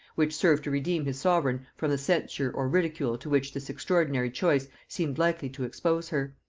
which served to redeem his sovereign from the censure or ridicule to which this extraordinary choice seemed likely to expose her.